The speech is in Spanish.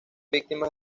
víctimas